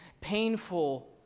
painful